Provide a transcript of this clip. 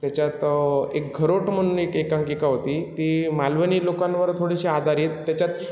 त्याच्यात एक खरोटं म्हणून एक एकांकिका होती ती मालवणी लोकांवर थोडीशी आधारित त्याच्यात